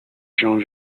jean